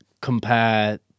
compare